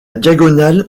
diagonale